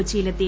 കൊച്ചിയിലെത്തി